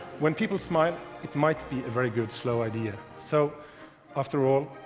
when people smile, it might be a very good slow idea, so after all,